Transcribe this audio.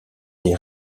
des